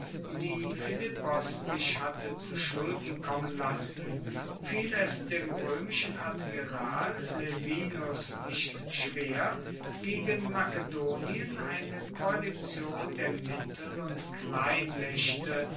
die philippos sich hatte zu schulden kommen lassen fiel es dem roemischen admiral laevinus nicht schwer gegen makedonien eine koalition der mittel und